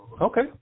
Okay